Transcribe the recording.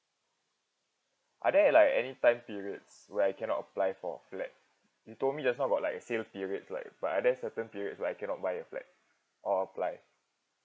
are the like any time periods where I cannot apply for a flat you told me just now about like a sale period right but are there certain periods where I cannot buy a flat